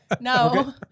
no